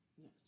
Yes